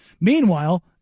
Meanwhile